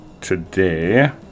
today